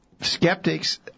skeptics